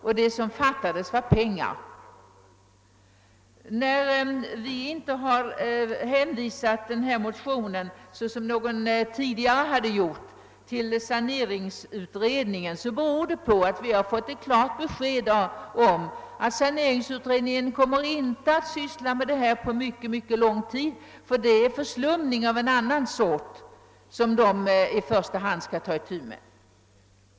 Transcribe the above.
Vad som fattas är pengar. Att vi inte hänvisat denna motion, såsom skett med någon tidigare, till saneringsutredningen, beror på att vi fått ett klart besked om att denna inte kommer att syssla med frågan på mycket lång tid, eftersom den i första hand skall ta itu med förslumning av annat slag.